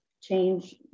change